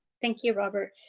thank you, robert.